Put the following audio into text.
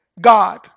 God